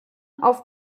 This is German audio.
auf